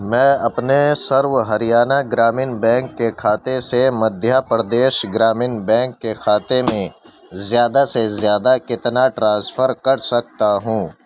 میں اپنے سرو ہریانہ گرامین بینک کے کھاتے سے مدھیہ پردیش گرامین بینک کے کھاتے میں زیادہ سے زیادہ کتنا ٹرانسفر کر سکتا ہوں